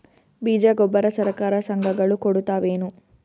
ಬೀಜ ಗೊಬ್ಬರ ಸರಕಾರ, ಸಂಘ ಗಳು ಕೊಡುತಾವೇನು?